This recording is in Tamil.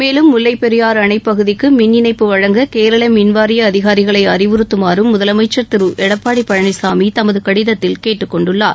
மேலும் முல்லை பெரியாறு அணை பகுதிக்கு மின் இணைப்பு வழங்க கேரள மின்வாரிய அதிகாரிகளை அறிவுறுத்தமாறும் முதலமைச்ச் திரு எடப்பாடி பழனிசாமி தமது கடிதத்தில் கேட்டுக்கொண்டுள்ளார்